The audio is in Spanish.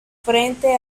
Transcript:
frente